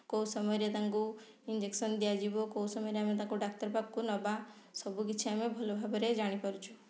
କେଉଁ ସମୟରେ ତାଙ୍କୁ ଇଞ୍ଜେକ୍ସନ୍ ଦିଆଯିବ କେଉଁ ସମୟରେ ଆମେ ତାକୁ ଡାକ୍ତର ପାଖକୁ ନବା ସବୁ କିଛି ଆମେ ଭଲ ଭାବରେ ଜାଣି ପାରୁଛୁ